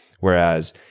Whereas